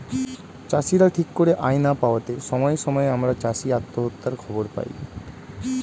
চাষীরা ঠিক করে আয় না পাওয়াতে সময়ে সময়ে আমরা চাষী আত্মহত্যার খবর পাই